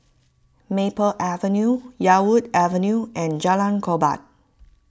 Maple Avenue Yarwood Avenue and Jalan Korban